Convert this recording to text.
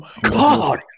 God